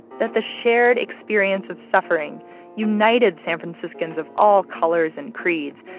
that the shared experience of suffering united san franciscans of all colors and creeds,